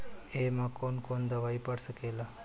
ए में कौन कौन दवाई पढ़ सके ला?